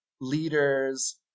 leaders